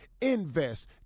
Invest